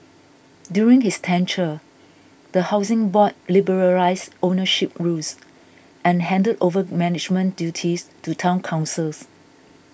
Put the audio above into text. during his tenure the Housing Board liberalised ownership rules and handed over management duties to Town Councils